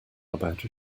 about